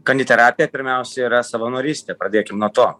kaniterapija pirmiausia yra savanorystė pradėkim nuo to